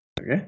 Okay